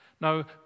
Now